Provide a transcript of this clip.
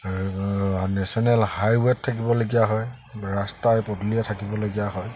national হাইৱেত থাকিবলগীয়া হয় ৰাস্তাই পদূলিয়ে থাকিবলগীয়া হয়